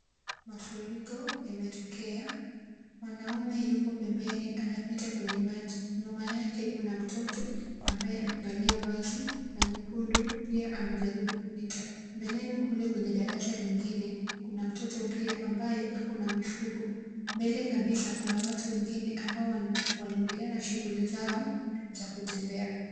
Mafuriko yametokea. Mwanaume yuko pembeni anapita kwenye maji. Nyuma yake kuna mtoto ambaye amevalia vazi la nyekundu pia anajaribu kupita. Mbeleni kule kwenye darasa lingine kuna mtoto pia ambaye ako na mifugo. Mbele kabisa kuna watu wengine ambao wanaendelea na shughuli zao za kupita.